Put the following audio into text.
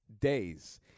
Days